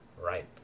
right